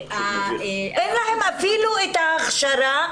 אין להם אפילו את ההכשרה,